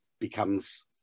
becomes